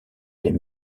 les